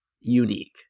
unique